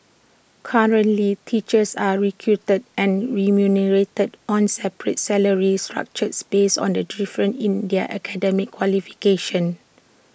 currently teachers are recruited and remunerated on separate salary structures based on the difference in their academic qualifications